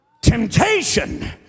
temptation